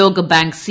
ലോകബാങ്ക് സി